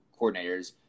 coordinators